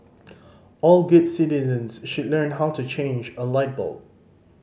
all good citizens should learn how to change a light bulb